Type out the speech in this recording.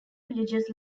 religious